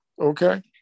Okay